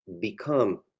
become